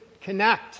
connect